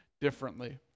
differently